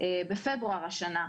בפברואר השנה,